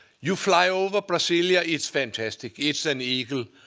you fly over brasilia, it's fantastic. it's an eagle,